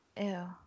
Ew